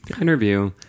interview